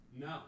no